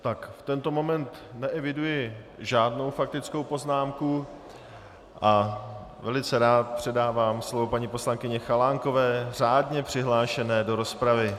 V tento moment neeviduji žádnou faktickou poznámku a velice rád předávám slovo paní poslankyni Chalánkové, řádně přihlášené do rozpravy.